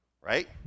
Right